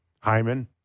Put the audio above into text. Hyman